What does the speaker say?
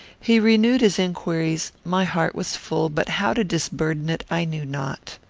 he renewed his inquiries my heart was full, but how to disburden it i knew not.